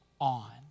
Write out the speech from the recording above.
on